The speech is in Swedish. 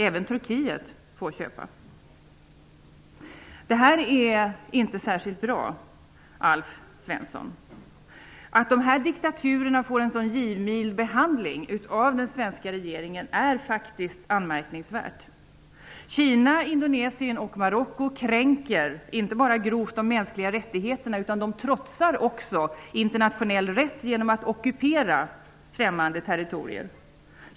Även Turkiet får köpa svensk krigsmateriel. Det är inte särskilt bra, Alf Svensson. Att de här diktaturerna får en så givmild behandling av den svenska regeringen är faktiskt anmärkningsvärt. Kina, Indonesien och Marocko kränker inte bara de mänskliga rättigheterna grovt utan de trotsar också internationell rätt genom att ockupera främmande territorier.